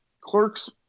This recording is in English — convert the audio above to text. clerks